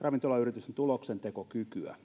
ravintolayritysten tuloksentekokykyä